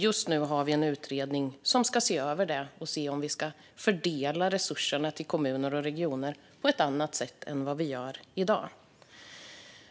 Just nu har vi en utredning som ska se över om vi ska fördela resurserna till kommuner och regioner på ett annat sätt än vi gör i dag.